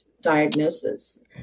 diagnosis